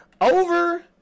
over